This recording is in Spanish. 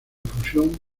fusión